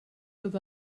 with